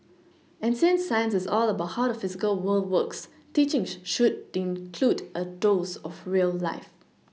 and since science is all about how the physical world works teaching should include a dose of real life